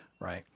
Right